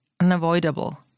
unavoidable